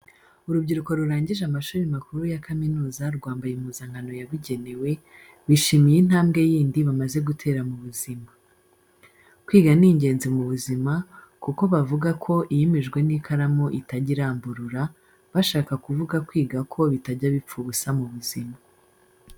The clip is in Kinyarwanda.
Urubyiruko rurangije amashuri makuru ya kaminuza rwambaye impuzankano yabugenewe, bishimiye intambwe yindi bamaze gutera mu buzima. Kwiga ni ingenzi mu buzima kuko bavuga ko iyimijwe n'ikaramu itajya iramburura, bashaka kuvuga kwiga ko bitajya bipfa ubusa mu buzima.